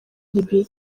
libya